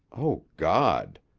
o god!